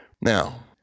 Now